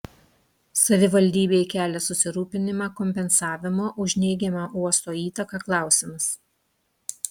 savivaldybei kelia susirūpinimą kompensavimo už neigiamą uosto įtaką klausimas